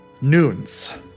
Noons